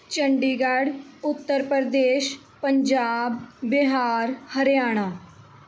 Chandigarh Uttar Pradesh Punjab Bihar Haryana